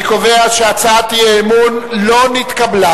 אני קובע שהצעת האי-אמון לא נתקבלה.